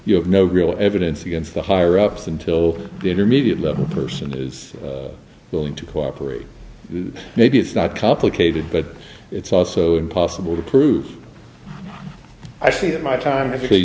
you have no real evidence against the higher ups until the intermediate level person is willing to cooperate maybe it's not complicated but it's also impossible to prove i say that my time